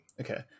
okay